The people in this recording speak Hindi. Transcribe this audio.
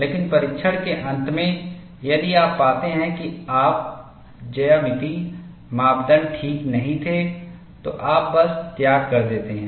लेकिन परीक्षण के अंत में यदि आप पाते हैं कि आपके ज्यामितीय मापदण्ड ठीक नहीं थे तो आप बस त्याग कर देते हैं